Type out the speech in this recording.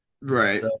Right